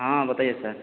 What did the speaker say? ہاں بتائیے سر